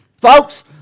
Folks